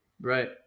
right